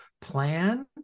plan